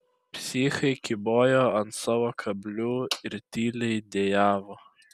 psichai kybojo ant savo kablių ir tyliai dejavo